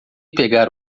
pegar